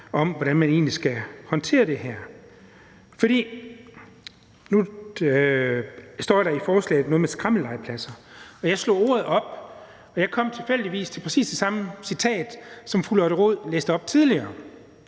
om, hvordan man egentlig skal håndtere det her. Nu står der i forespørgslen noget med skrammellegepladser, og jeg slog ordet op, og jeg kom tilfældigvis til præcis det samme citat, som fru Lotte Rod læste op tidligere.